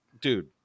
dude